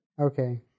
Okay